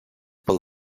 pel